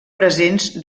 presents